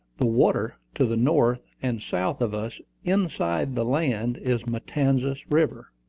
the water to the north and south of us, inside the land, is matanzas river.